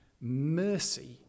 mercy